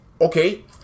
okay